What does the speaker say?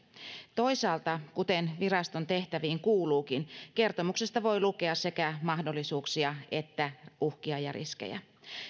toisaalta kuten viraston tehtäviin kuuluukin kertomuksesta voi lukea sekä mahdollisuuksia että uhkia ja riskejä